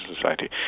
Society